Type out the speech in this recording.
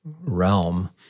Realm